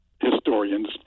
historians